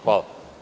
Hvala.